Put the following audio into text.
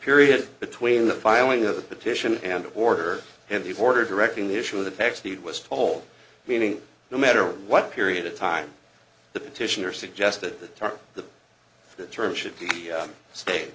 period between the filing of the petition and order and the order directing the issue of the back seat was told meaning no matter what period of time the petitioner suggested that the term should be stay